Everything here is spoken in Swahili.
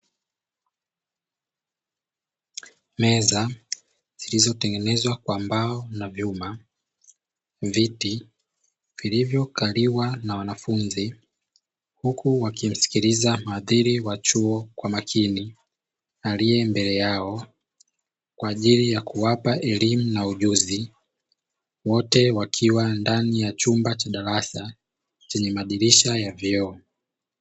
Meza zilizotengenezwa kwa mbao na vyuma, viti vilivyokaliwa na wanafunzi, huku wakimsikiliza mhadhiri wa chuo kwa makini aliye mbele yao kwa ajili ya kuwapa elimu na ujuzi wote wakiwa ndani ya chumba cha darasa chenye madirisha ya vioo.